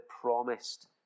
promised